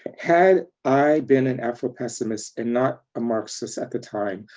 had i been an afropessimist and not a marxist at the time,